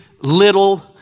little